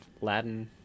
Latin